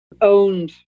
owned